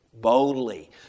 Boldly